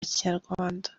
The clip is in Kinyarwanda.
kinyarwanda